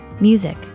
Music